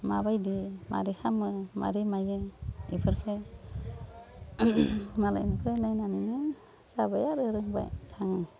माबायदि माबोरै खालामो माबोरै मायो बेफोरखौ मालायनिखौ नायनानैनो जाबाय आरो रोंबाय आं